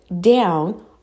down